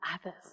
others